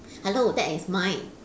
hello that is mine